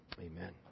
amen